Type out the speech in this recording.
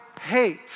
hate